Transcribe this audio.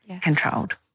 controlled